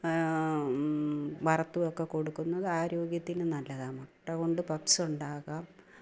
വറത്തുമൊക്കെ കൊടുക്കുന്നത് ആരോഗ്യത്തിന് നല്ലതാണ് മുട്ടകൊണ്ട് പഫ്സ് ഉണ്ടാക്കാം